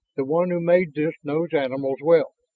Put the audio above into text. the one who made this knows animals well.